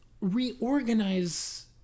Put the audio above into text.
reorganize